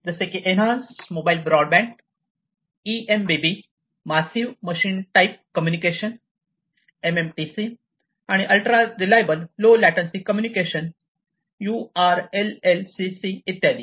जसे की enhance mobile broadband eMBB massive machine type communication MMTC आणि ultra reliable low latency communication URLLCC इत्यादी